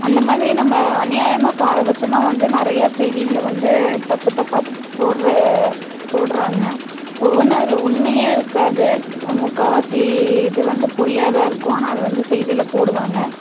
அந்த மாதிரி நம்ம அநியாயமாக பாரபட்சமாக வந்து நிறையா செய்திங்களை வந்து தப்பு தப்பாக போடுகிற போடுகிறாங்க ஒவ்வொன்று அதில் உண்மையே இருக்காது முக்கால்வாசி இது வந்து பொய்யாக தான் இருக்கும் ஆனால் அதை வந்து செய்தியில போடுவாங்கள்